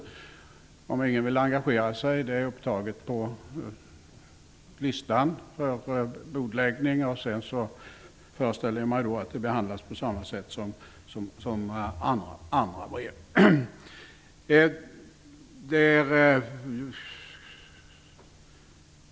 Även om ingen vill engagera sig finns brevet upptaget på listan för bordläggning. Jag föreställer mig att det sedan behandlas på samma sätt som andra brev.